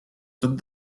tot